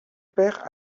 père